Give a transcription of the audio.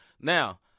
Now